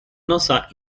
nosa